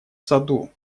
саду